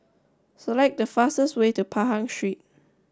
select the fastest way to Pahang Street